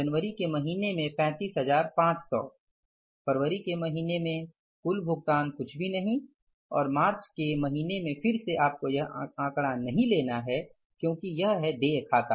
जनवरी के महीने में 35500 फरवरी के महीने में कुल भुगतान कुछ भी नहीं और मार्च के महीने में फिर से आपको यह आंकड़ा नहीं लेना है क्योकि यह है देय खाता